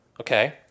Okay